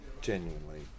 genuinely